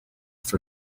for